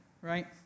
right